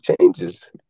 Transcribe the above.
changes